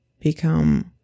become